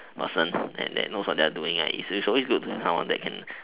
person and that knows what they're doing is always good to have someone that can